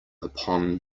upon